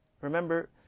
remember